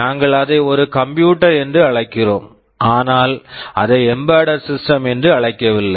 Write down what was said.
நாங்கள் அதை ஒரு கம்ப்யூட்டர் computer என்று அழைக்கிறோம் ஆனால் அதை எம்பெடெட் சிஸ்டம் embedded system என்று அழைக்கவில்லை